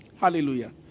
Hallelujah